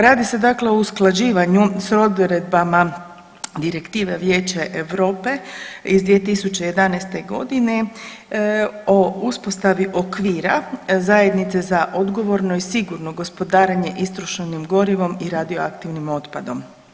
Radi se dakle o usklađivanju s odredbama Direktive Vijeća Europe iz 2011. godine o uspostavi okvira zajednice za odgovorno i sigurno gospodarenje istrošenim gorivom i radioaktivnim otpadom.